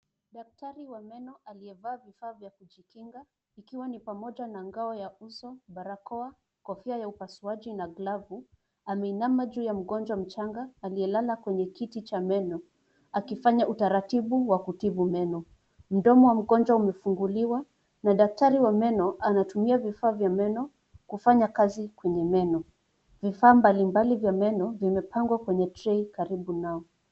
Daktari wa meno aliyevaa vifaa vya kujikinga ikiwa ni pamoja na ngao ya uso, barakoa, kofia ya upasuaji, na glavu. Anamshughulikia mgonjwa mchanga aliyelala kwenye kiti cha meno, akifanya utaratibu wa kutibu meno. Mdomo wa mgonjwa umefunguliwa, na daktari wa meno anatumia vifaa vya meno kufanya kazi kwenye meno. Vifaa mbalimbali vya meno vimepangwa kwenye trei karibu naye.